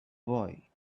boy